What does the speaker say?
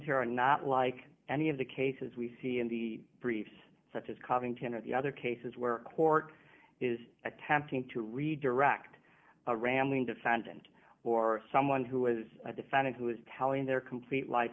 here are not like any of the cases we see in the briefs such as covington or the other cases where a court is attempting to redirect a rambling defendant or someone who has a defendant who is telling their complete life